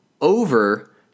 over